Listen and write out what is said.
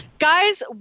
Guys